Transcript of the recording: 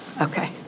Okay